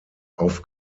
auf